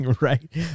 Right